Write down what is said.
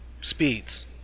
speeds